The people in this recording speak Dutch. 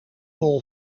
bol